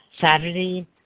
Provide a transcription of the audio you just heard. Saturday